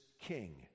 king